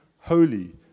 holy